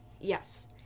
yes